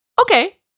Okay